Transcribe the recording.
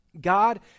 God